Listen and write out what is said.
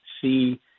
see